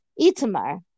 Itamar